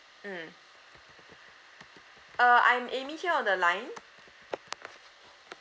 mm uh I'm amy here on the line